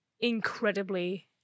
incredibly